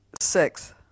Six